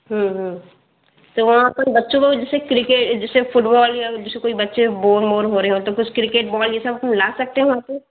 तो वहाँ पर बच्चों को जैसे क्रिकेट जैसे फ़ुटबॉल या जैसे कोई बच्चे बोर वोर हो रहें हों तो कुछ क्रिकेट बॉल ये सब ला सकते हैं वहाँ पे